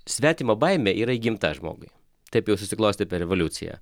svetimo baimė yra įgimta žmogui taip jau susiklostė per evoliuciją